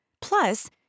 Plus